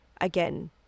again